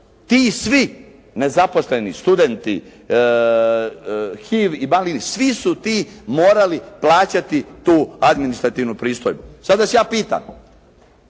Ti svi, nezaposleni, studenti, … /Govornik se ne razumije./ … svi su ti morali plaćati tu administrativnu pristojbu. Sad vas ja pitam